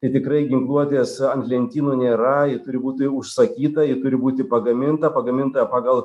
tai tikrai ginkluotės ant lentynų nėra ji turi būti užsakyta ji turi būti pagaminta pagaminta pagal